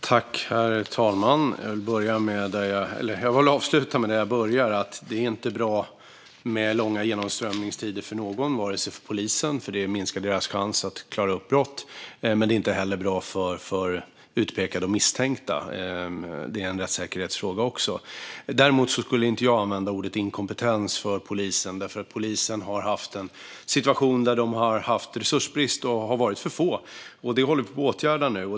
Herr talman! Jag vill avsluta där jag började: Det är inte bra med långa genomströmningstider för någon. Det är inte bra för polisen, för det minskar deras chans att klara upp brott, och det är inte heller bra för utpekade och misstänkta. Det är en rättssäkerhetsfråga. Däremot skulle inte jag använda ordet inkompetens om polisen, för polisen har haft en situation med resursbrist. De har varit för få, men det håller vi nu på att åtgärda.